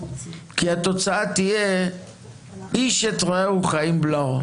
כי התוצאה תהיה "איש את רעהו חיים בלעו".